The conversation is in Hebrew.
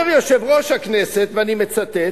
אומר יושב-ראש הכנסת, ואני מצטט: